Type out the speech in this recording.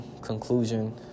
conclusion